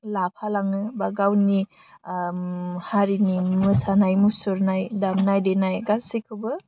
लाफालाङो बा गावनि हारिनि मोसानाय मुसुरनाय दामनाय देनाय गासिखौबो